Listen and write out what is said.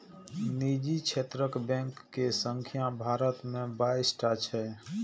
निजी क्षेत्रक बैंक के संख्या भारत मे बाइस टा छै